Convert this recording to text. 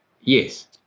Yes